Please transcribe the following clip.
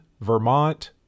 Vermont